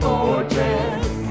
Fortress